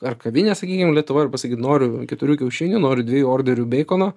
ar kavinę sakykim lietuvoj ir pasakyt noriu keturių kiaušinių noriu dviejų orderių beikono